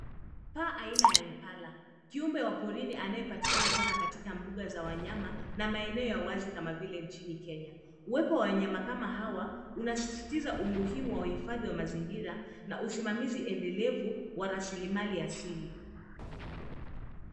Paa aina ya impala, kiumbe wa porini anayepatikana sana katika mbuga za wanyama na maeneo ya wazi kama vile nchini kenya. Uwepo wa wanyama kama hawa unasisitiza umuhimu wa uhifadhi wa mazingira na usimamizi endelevu wa raslimali asili.